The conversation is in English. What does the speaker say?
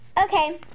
Okay